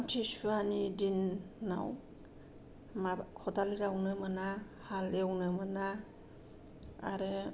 आम्थिसुवानि दिनाव माबा खदाल जावनो मोना हालेवनो मोना आरो